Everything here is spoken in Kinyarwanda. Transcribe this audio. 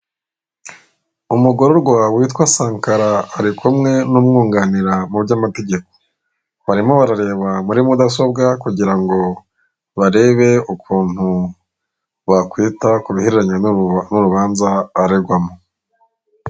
Umugororwa witwa sankara, ari kumwe n'umwunganira mu by'amategeko. Barimo barareba muri mudasobwa, kugirango barebe ukuntu bakwita ku bihereranye n'urubanza aregwamo.